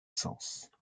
saëns